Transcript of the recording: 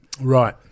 right